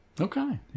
okay